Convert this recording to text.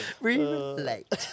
Relate